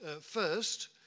first